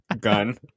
Gun